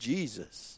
Jesus